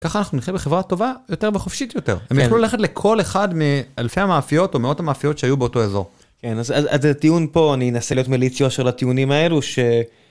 ככה אנחנו נחיה בחברה טובה יותר וחופשית יותר. הם יוכלו ללכת יחד לכל אחד מאלפי המאפיות או מאות המאפיות שהיו באותו אזור. אז זה טיעון פה אני אנסה להיות מליציו של הטיעונים האלו ש...